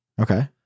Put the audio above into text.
Okay